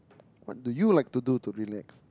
what do you like to do to relax